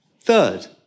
Third